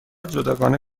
جداگانه